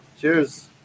cheers